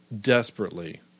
desperately